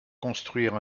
construire